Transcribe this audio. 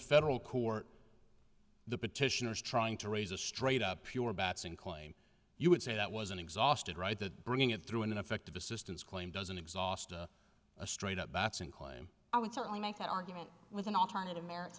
federal court the petitioners trying to raise a straight up pure bats and claim you would say that was an exhausted right that bringing it through an ineffective assistance claim doesn't exhaust a straight up bets and claim i would certainly make that argument with an alternative meri